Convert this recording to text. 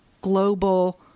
global